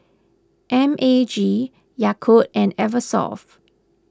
M A G Yakult and Eversoft